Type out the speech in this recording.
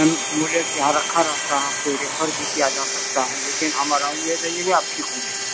मुझे क्या रखा रहता कोई रिफर भी किया जा सकता है लेकिन हमारा आप ठीक हो जाइए